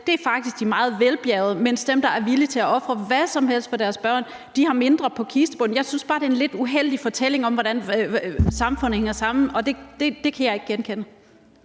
selv, faktisk de meget velbjærgede, mens dem, der er villige til at ofre hvad som helst for deres børn, har mindre på kistebunden. Jeg synes bare, at det er en lidt uheldig fortælling om, hvordan samfundet hænger sammen, og den kan jeg ikke genkende.